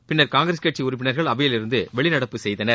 பின்னர் காங்கிரஸ் கட்சி உறுப்பினர்கள் அவையில் இருந்து வெளிநடப்பு செய்தனர்